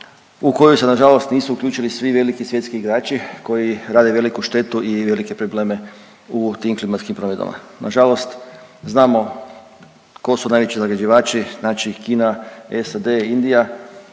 u koju se na žalost nisu uključili svi veliki svjetski igrači koji rade veliku štetu i velike probleme u tim klimatskim promjenama. Na žalost znamo tko su najveći zagađivači, znači Kina, SAD, Indija.